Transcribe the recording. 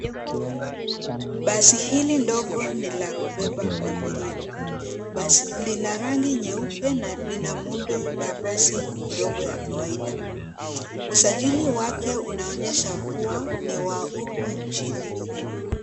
Basi hili dogo ni la kubeba abiria. Lina rangi nyeupe na lina muundo wa basi ndogo ya kawaida. Usajili wake unaonyesha kuwa ni wa huku nchini Kenya.